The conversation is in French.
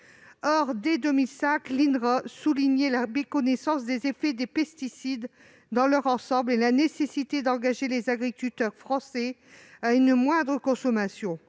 Or, dès 2005, l'INRA insistait sur la méconnaissance des effets des pesticides dans leur ensemble et la nécessité d'inciter les agriculteurs français à une moindre consommation.